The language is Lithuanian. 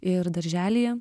ir darželyje